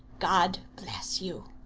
god bless you